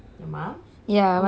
ya my mummy do